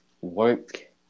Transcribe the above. work